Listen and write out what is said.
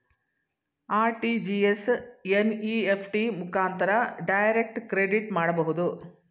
RTGS, NEFT ಮುಖಾಂತರ direct credit ಮಾಡಬಹುದು